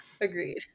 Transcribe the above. Agreed